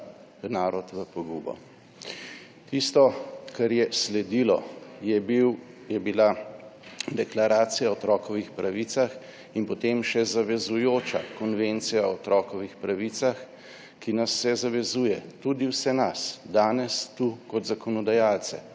narod v pogubo. Tisto, kar je sledilo, je bila Deklaracija o otrokovih pravicah in potem še zavezujoča Konvencija o otrokovih pravicah, ki nas vse zavezuje, tudi vse nas danes tu kot zakonodajalce